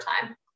time